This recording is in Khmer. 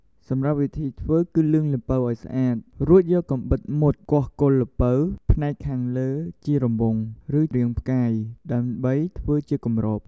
សម្រាប់វិធីធ្វើគឺ លាងល្ពៅឲ្យស្អាត រួចយកកាំបិតមុតគាស់គល់ល្ពៅផ្នែកខាងលើជារង្វង់ ឬរាងផ្កាយ ដើម្បីធ្វើជាគម្រប។